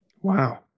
Wow